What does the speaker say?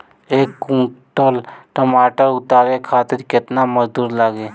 एक कुंटल टमाटर उतारे खातिर केतना मजदूरी लागी?